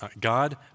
God